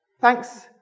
Thanks